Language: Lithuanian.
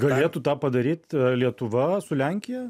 galėtų tą padaryt lietuva su lenkija